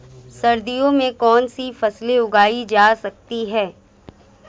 सर्दियों में कौनसी फसलें उगाई जा सकती हैं?